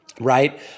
right